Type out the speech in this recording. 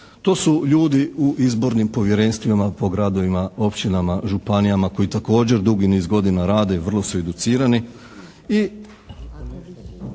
To su ljudi u izbornim povjerenstvima po gradovima, općinama, županijama koji također dugi niz godina rade i vrlo su educirani